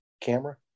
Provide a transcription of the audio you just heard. camera